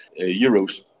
euros